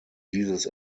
dieses